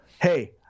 hey